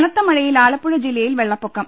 കനത്ത മഴയിൽ ആലപ്പുഴജില്ലയിൽ വെള്ളപ്പൊക്കം